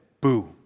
Boo